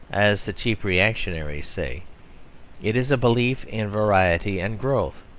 as the cheap reactionaries say it is a belief in variety and growth.